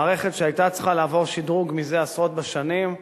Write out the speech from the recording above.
מערכת שהיתה צריכה לעבור שדרוג מזה עשרות בשנים,